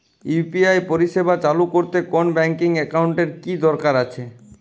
UPI পরিষেবা চালু করতে কোন ব্যকিং একাউন্ট এর কি দরকার আছে?